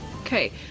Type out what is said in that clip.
Okay